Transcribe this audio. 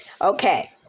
Okay